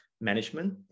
management